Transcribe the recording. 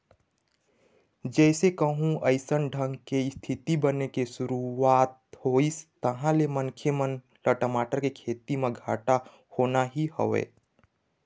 जइसे कहूँ अइसन ढंग के इस्थिति बने के शुरुवात होइस तहाँ ले मनखे मन ल टमाटर के खेती म घाटा होना ही हवय